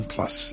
Plus